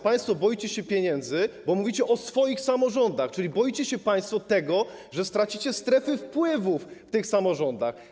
Państwo boicie się pieniędzy, bo mówicie o swoich samorządach, czyli boicie się państwo tego, że stracicie strefy wpływów w tych samorządach.